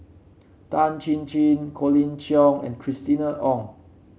Tan Chin Chin Colin Cheong and Christina Ong